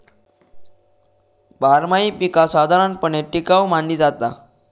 बारमाही पीका साधारणपणे टिकाऊ मानली जाता